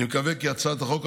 אני מקווה כי הצעת החוק,